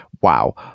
Wow